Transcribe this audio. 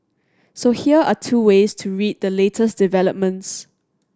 so here are two ways to read the latest developments